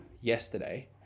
yesterday